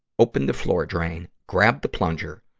opened the floor drain, grabbed the plunger,